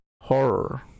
Horror